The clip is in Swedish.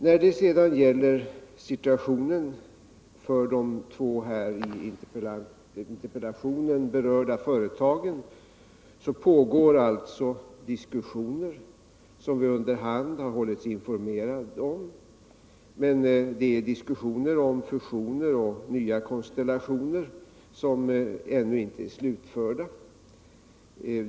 När det sedan gäller situationen för de här två i interpellationen berörda företagen vill jag säga att diskussioner pågår som vi under hand hållits informerade om. Det gäller diskussioner och fusioner och nya konstellationer som ännu inte är slutförda.